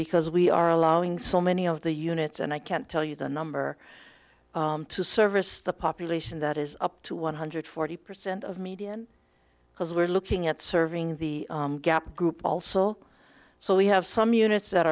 because we are allowing so many of the units and i can't tell you the number to service the population that is up to one hundred forty percent of median because we're looking at serving the gap group also so we have some units that